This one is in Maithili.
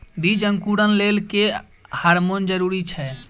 बीज अंकुरण लेल केँ हार्मोन जरूरी छै?